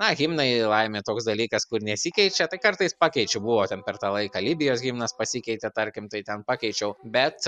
na himnai laimė toks dalykas kur nesikeičia tai kartais pakeičiu buvo ten per tą laiką libijos himnas pasikeitė tarkim tai ten pakeičiau bet